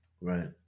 Right